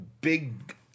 big